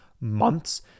months